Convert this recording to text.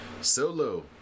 Solo